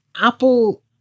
Apple